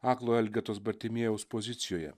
aklo elgetos bartimiejaus pozicijoje